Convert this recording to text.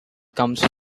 comes